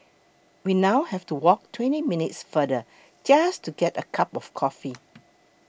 we now have to walk twenty minutes farther just to get a cup of coffee